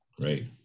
Great